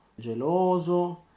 geloso